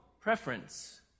preference